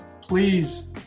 please